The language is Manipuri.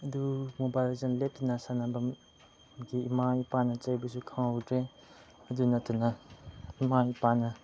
ꯑꯗꯨ ꯃꯣꯕꯥꯏꯜ ꯂꯦꯖꯦꯟ ꯂꯦꯞꯇꯅ ꯁꯥꯟꯅꯕꯒꯤ ꯏꯃꯥ ꯏꯄꯥꯅ ꯆꯩꯕꯁꯨ ꯈꯪꯍꯧꯗ꯭ꯔꯦ ꯑꯗꯨ ꯅꯠꯇꯅ ꯏꯃꯥ ꯏꯄꯥꯅ